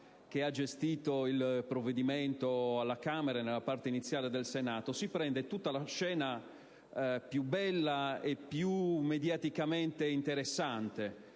Grazie